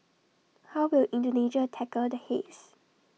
how will Indonesia tackle the haze